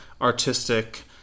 artistic